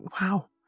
Wow